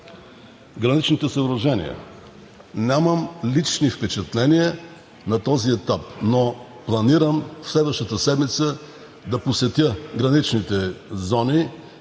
Граничните съоръжения. Нямам лични впечатления на този етап, но планирам през следващата седмица да посетя граничните зони